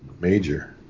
major